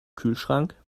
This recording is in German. kühlschrank